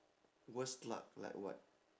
worst luck like what